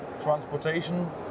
transportation